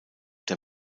der